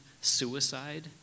suicide